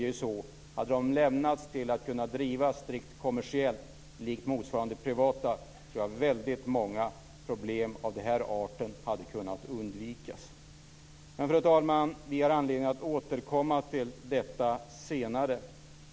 Om de hade lämnats till att drivas strikt kommersiellt, likt motsvarande privata företag, hade väldigt många problem av den här arten kunnat undvikas. Fru talman! Vi har anledning att återkomma till detta senare.